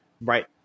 Right